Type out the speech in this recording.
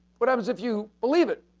what happens if you, believe it?